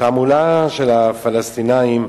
התעמולה של הפלסטינים,